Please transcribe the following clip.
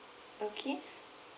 okay